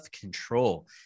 control